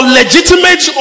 legitimate